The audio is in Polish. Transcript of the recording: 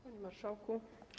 Panie Marszałku!